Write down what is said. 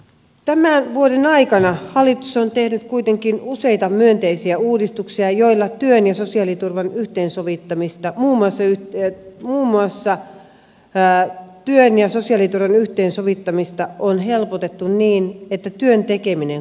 tämän vuoden aikana hallitus on tehnyt kuitenkin useita myönteisiä uudistuksia joilla työn ja sosiaaliturvan yhteen sovittamista oman syytteen muun muassa työn ja sosiaaliturvan yhteensovittamista on helpotettu niin että työn tekeminen kannattaisi aina